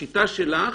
בשיטה שלך